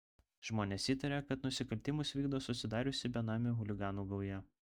žmonės įtaria kad nusikaltimus vykdo susidariusi benamių chuliganų gauja